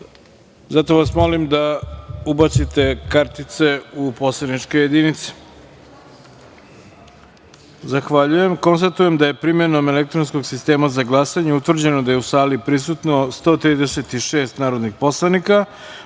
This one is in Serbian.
vas da ubacite kartice u poslaničke jedinice. Konstatujem da je, primenom elektronskog sistema za glasanje, utvrđeno da je u sali prisutno 136 narodnih poslanika,